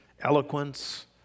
eloquence